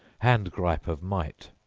hand-gripe of might.